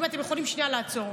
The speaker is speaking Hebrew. אם אתם יכולים שנייה לעצור.